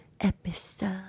episode